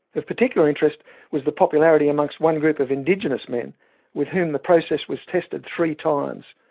of particular interest was the popularity amongst one group of indigenous men with whom the process was tested three times.